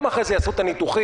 אחרי זה הם יעשו את הניתוחים,